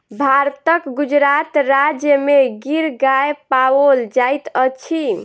भारतक गुजरात राज्य में गिर गाय पाओल जाइत अछि